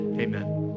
Amen